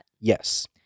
Yes